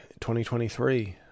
2023